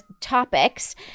topics